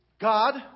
God